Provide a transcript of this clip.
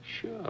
Sure